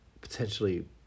potentially